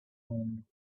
alone